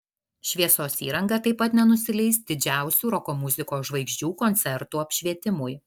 šviesos įranga taip pat nenusileis didžiausių roko muzikos žvaigždžių koncertų apšvietimui